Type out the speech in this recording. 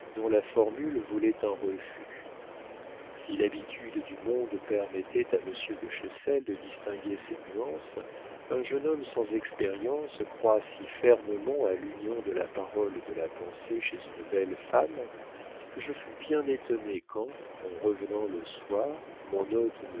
dont la formule voulait un refus si l'habitude du monde permettait à monsieur de chessel de distinguer ces nuances un jeune homme sans expérience croit si fermement à l'union de la parole et de la pensée chez une belle femme que je fus bien étonné quand en revenant le soir mon hôte